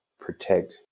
protect